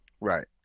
Right